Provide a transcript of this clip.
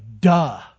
duh